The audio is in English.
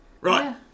Right